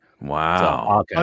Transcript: Wow